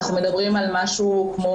אנחנו מדברים על כ60%,